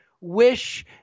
wish